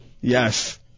Yes